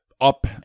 up